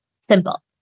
simple